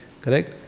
correct